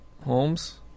Holmes